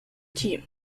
team